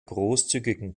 großzügigen